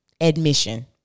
admission